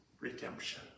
Redemption